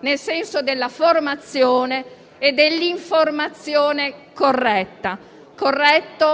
nel senso della formazione e dell'informazione corretta,